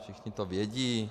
Všichni to vědí.